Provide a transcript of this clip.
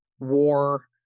war